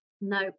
No